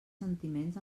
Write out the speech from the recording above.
sentiments